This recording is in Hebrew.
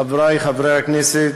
חברי חברי הכנסת,